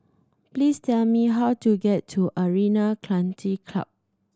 please tell me how to get to Arena Club